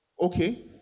okay